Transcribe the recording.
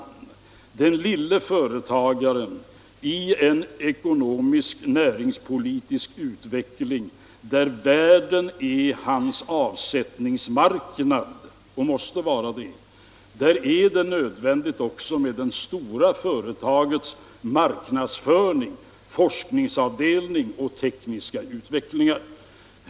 För den mindre företagaren i en ekonomisk näringspolitisk utveckling, där världen är hans avsättningsmarknad och måste vara det, är det nödvändigt också med det stora företagets marknadsföring, forskningsavdelning och tekniska möjligheter.